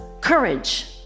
courage